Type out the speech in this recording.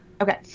Okay